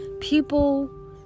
People